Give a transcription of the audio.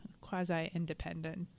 quasi-independent